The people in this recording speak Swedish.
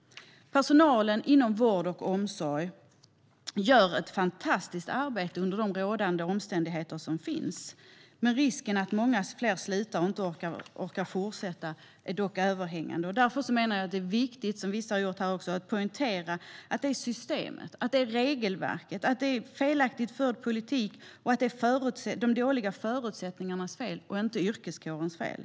Personalen inom vård och omsorg gör ett fantastiskt arbete under rådande omständigheter. Men risken för att många slutar för att de inte orkar fortsätta är överhängande. Därför menar jag att det är viktigt att poängtera, som vissa har gjort här, att det är systemet, regelverket, en felaktigt förd politik och de dåliga förutsättningarna som har orsakat detta. Det är inte yrkeskårens fel.